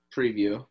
preview